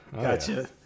Gotcha